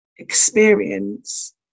experience